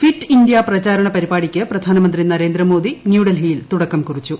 fit India പ്രചാരണ പരിപാടിക്ക് പ്രധാനമന്ത്രി നരേന്ദ്രമോദി ന്യൂഡെൽഹിയിൽ തുടക്കം കുറിച്ചു